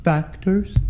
Factors